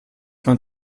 man